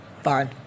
Fine